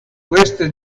queste